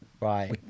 Right